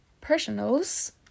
personals